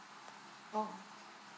oh